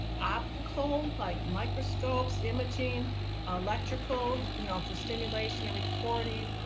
optical like microscopes, imaging electrical, you know for stimulation and recording,